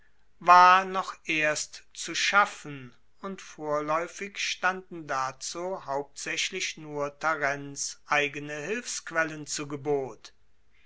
war noch erst zu schaffen und vorlaeufig standen dazu hauptsaechlich nur tarents eigene hilfsquellen zu gebot